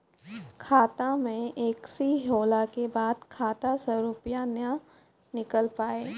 खाता मे एकशी होला के बाद खाता से रुपिया ने निकल पाए?